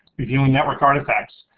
reviewing network artifacts.